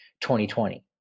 2020